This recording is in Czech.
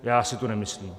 Já si to nemyslím.